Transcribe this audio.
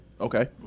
Okay